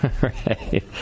Right